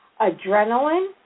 adrenaline